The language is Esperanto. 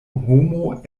homo